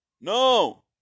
No